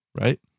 right